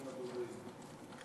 אחרון הדוברים.